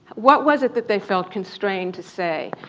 what was it that they felt constrained to say?